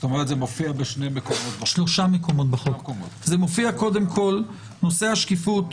זה מופיע בשלושה מקומות בחוק נושא השקיפות